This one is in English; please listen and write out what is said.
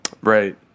Right